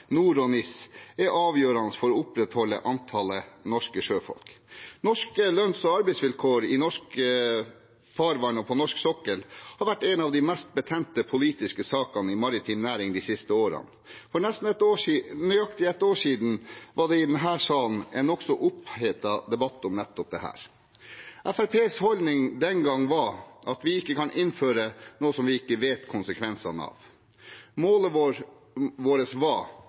og NIS, er avgjørende for å opprettholde antallet norske sjøfolk. Norske lønns- og arbeidsvilkår i norsk farvann og på norsk sokkel har vært en av de mest betente politiske sakene i maritim næring de siste årene. For nesten nøyaktig et år siden var det i denne salen en nokså opphetet debatt om nettopp dette. Fremskrittspartiets holdning den gang var at vi ikke kan innføre noe som vi ikke vet konsekvensene av. Målet vårt var